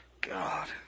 God